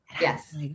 Yes